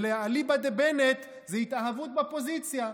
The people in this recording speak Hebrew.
ואליבא דבנט זו התאהבות בפוזיציה.